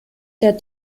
der